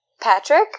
Patrick